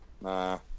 Nah